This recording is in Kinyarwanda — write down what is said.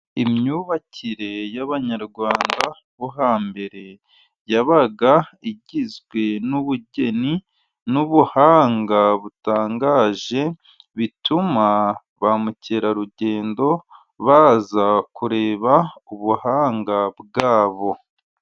Imyubakire y'Abanyarwanda bo hambere, yabaga igizwe n'ubugeni n'ubuhanga butangaje, bituma ba mukerarugendo baza kureba ubuhanga bwabo.